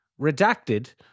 redacted